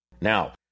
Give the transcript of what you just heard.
Now